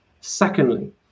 Secondly